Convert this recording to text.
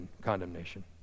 condemnation